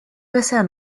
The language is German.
bisher